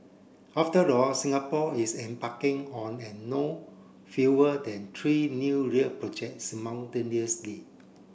after all Singapore is embarking on an no fewer than tree new rail projects simultaneously